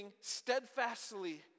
steadfastly